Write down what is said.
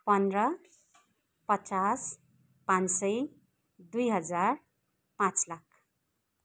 पन्ध्र पचास पाँच सय दुई हजार पाँच लाख